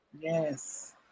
yes